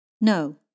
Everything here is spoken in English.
No